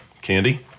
Candy